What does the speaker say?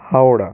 Howrah